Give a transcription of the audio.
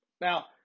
Now